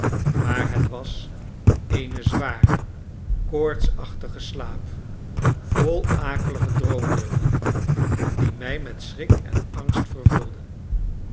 maar het was eene zware koortsachtige slaap vol akelige droombeelden die mij met schrik en angst vervulden